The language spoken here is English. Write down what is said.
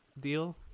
deal